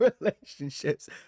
relationships